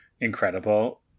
incredible